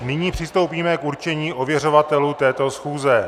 Nyní přistoupíme k určení ověřovatelů této schůze.